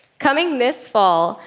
coming this fall,